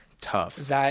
Tough